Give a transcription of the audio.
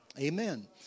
Amen